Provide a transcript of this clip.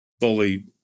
fully